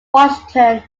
washington